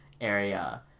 area